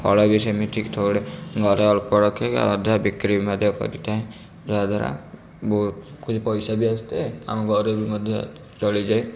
ଫଳ ବି ସେମିତି ଥୋଡ଼େ ଘରେ ଅଳ୍ପ ରଖିକି ଆଉ ଅଧା ବିକ୍ରି ମଧ୍ୟ କରିଥାଏ ଯାହାଦ୍ୱାରା ମୁଁ କିଛି ପଇସା ବି ଆସିଥାଏ ଆମ ଘରେ ବି ମଧ୍ୟ ଚଳିଯାଏ